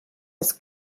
des